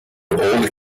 old